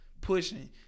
pushing